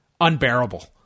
unbearable